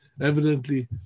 evidently